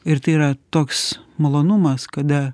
ir tai yra toks malonumas kada